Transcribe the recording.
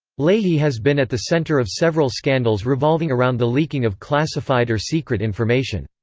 leahy has been at the center of several scandals revolving around the leaking of classified or secret information.